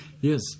yes